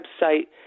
website